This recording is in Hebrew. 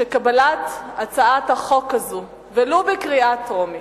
שקבלת הצעת החוק הזאת, ולו בקריאה טרומית,